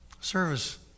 service